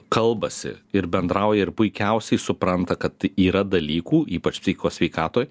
kalbasi ir bendrauja ir puikiausiai supranta kad yra dalykų ypač psichikos sveikatoj